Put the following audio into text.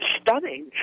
stunning